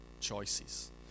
choices